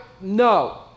no